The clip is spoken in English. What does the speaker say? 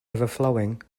overflowing